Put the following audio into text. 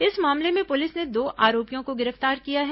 इस मामले में पुलिस ने दो आरोपियों को गिरफ्तार किया है